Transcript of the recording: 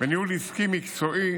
וניהול עסקי מקצועי,